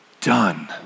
done